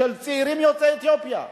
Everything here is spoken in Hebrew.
של צעירים יוצאי אתיופיה,